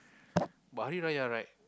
but Hari-Raya right